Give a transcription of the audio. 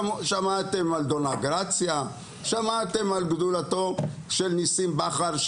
שמעתם על דונה גרציה; שמעתם על גדולתו של ניסים בכר,